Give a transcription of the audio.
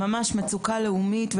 מצוקה לאומית,